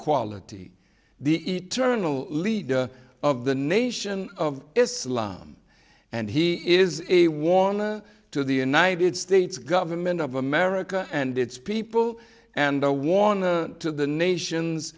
equality the eternal leader of the nation of islam and he is a warning to the united states government of america and its people and a warning to the nations